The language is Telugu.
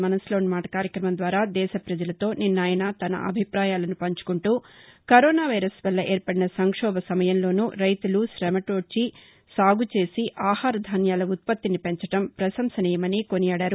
మనసులోని మాట కార్యక్రమం ద్వారా దేశ ప్రపజలతో నిన్న ఆయన తన అభిప్రాయాలను పంచుకుంటూ కరోనా వైరస్ వల్ల ఏర్పడిన సంక్షోభ సమయంలోనూ రైతులు కమటోధ్చి సాగుచేసి ఆహార ధాన్యాల ఉత్పత్తిని పెంచడం ప్రశంసనీయమని కొనియాడారు